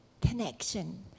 connection